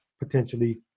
potentially